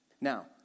Now